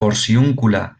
porciúncula